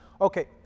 Okay